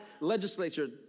legislature